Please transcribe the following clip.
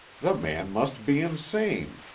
the man must be insane,